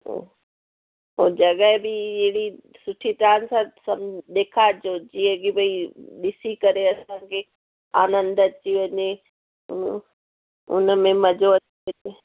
ओ पोइ जॻह बि अहिड़ी सुठी तरह सां सां ॾेखारिजो जीअं की भाई ॾिसी करे असांखे आनंद अची वञे ऊअ उनमें मजो अची वञे